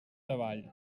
davall